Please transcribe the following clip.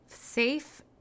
Safe